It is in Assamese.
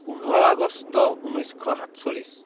পোন্ধৰ আগষ্ট ঊনৈছশ সাতচল্লিছ